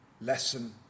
lesson